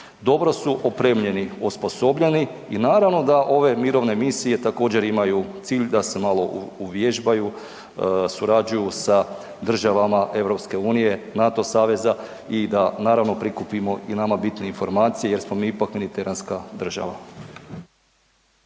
dobro su opremljeni, osposobljeni i naravno da ove mirovne misije također imaju cilj da se malo uvježbaju, surađuju sa država Europske unije, NATO saveza i da naravno prikupimo i nama bitne informacije jer smo mi ipak mediteranska država.